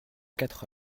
quatre